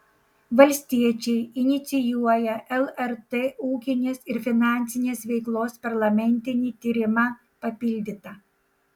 valstiečiai inicijuoja lrt ūkinės ir finansinės veiklos parlamentinį tyrimą papildyta